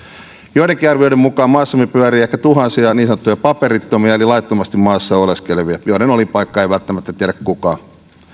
joidenkin arvioiden mukaan maassamme pyörii ehkä tuhansia niin sanottuja paperittomia eli laittomasti maassa oleskelevia joiden olinpaikkaa ei välttämättä tiedä kukaan